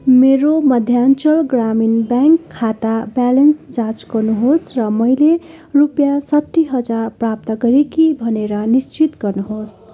मेरो मध्याञ्चल ग्रामीण ब्याङ्क खाता ब्यालेन्स जाँच गर्नुहोस् र मैले रुपियाँ साठी हजार प्राप्त गरेँ कि भनेर निश्चित गर्नुहोस्